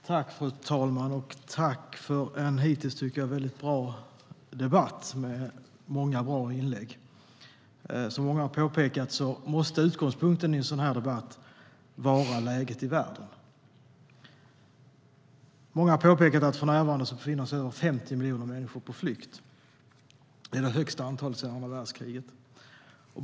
Många har påpekat att för närvarande befinner sig över 50 miljoner människor på flykt. Det är det högsta antalet sedan andra världskriget.